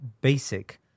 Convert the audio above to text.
basic